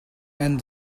and